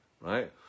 right